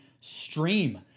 Stream